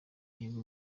yego